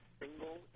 single